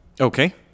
okay